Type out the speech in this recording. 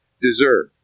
deserve